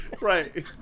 Right